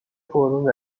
پررو